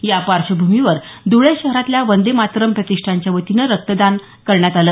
या पार्श्वभूमीवर धुळे शहरातल्या वंदे मातरम प्रतिष्ठानच्या वतीनं रक्तदान करण्यात आलं